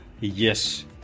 yes